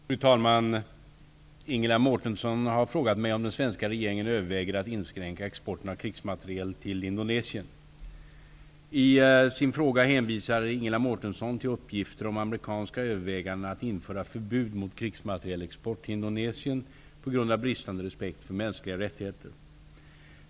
Fru talman! Ingela Mårtensson har frågat mig om den svenska regeringen överväger att inskränka exporten av krigsmateriel till Indonesien. I sin fråga hänvisar Ingela Mårtensson till uppgifter om amerikanska överväganden att införa förbud mot krigsmaterielexport till Indonesien på grund av bristande respekt för mänskliga rättigheter.